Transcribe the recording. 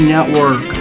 Network